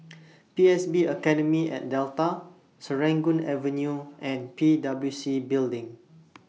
P S B Academy At Delta Serangoon Avenue and P W C Building